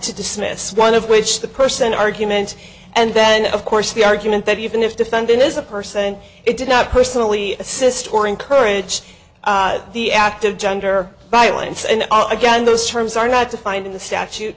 to dismiss one of which the person argument and then of course the argument that even if defendant is a person it did not personally assist or encourage the act of gender violence and again those terms are not defined in the statute